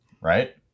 Right